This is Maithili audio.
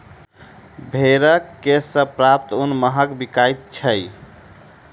भेंड़क केश सॅ प्राप्त ऊन महग बिकाइत छै